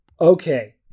Okay